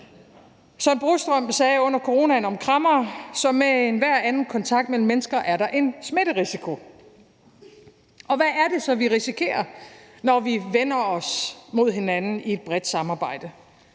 Søren Brostrøm sagde under coronaen om krammere, at som med enhver anden kontakt mellem mennesker er der en smitterisiko. Og hvad er det så, vi risikerer, når vi vender os mod hinanden i et bredt samarbejde?